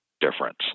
difference